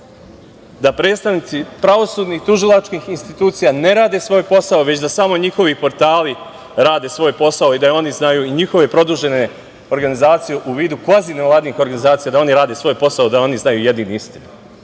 da predstavnici pravosudnih i tužilačkih institucija ne rade svoj posao, već da samo njihovi portali rade svoj posao i da oni znaju i njihove produžene organizacije u vidu kvazi nevladinih organizacija, da oni rade svoj posao, da oni znaju jedini istinu. Mi